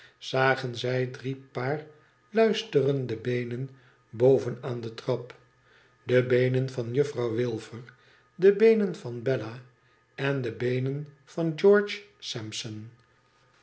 zagen zij drie paar luisterende beenen boven aan de trap de beenen van juffrouw wilfer de beenen van bella en de beenen van george sampson